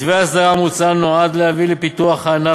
מתווה האסדרה המוצע נועד להביא לפיתוח הענף